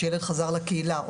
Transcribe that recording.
שילד חזר לקהילה,